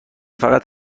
فقط